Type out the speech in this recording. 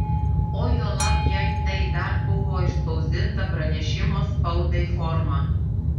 o juolab jei tai dar buvo išspausdinta pranešimo spaudai forma